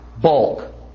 bulk